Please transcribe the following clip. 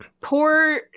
poor